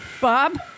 Bob